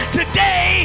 today